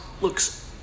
Looks